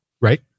Right